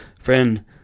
Friend